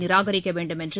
நிராகரிக்க வேண்டும் என்று